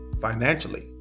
financially